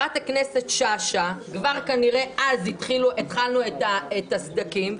כבר כנראה אז התחלנו את הסדקים,